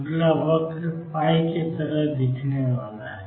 अगला वक्र के तरह दिखने वाला है